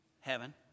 heaven